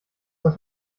das